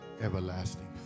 everlasting